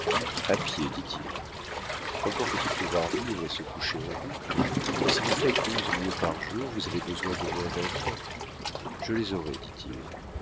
a pied dit-il encore faut-il pouvoir vivre et se coucher en route si vous faites douze lieues par jour vous avez besoin d'au moins vingt francs je les aurai dit-il